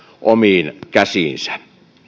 omiin käsiinsä